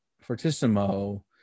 fortissimo